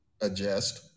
adjust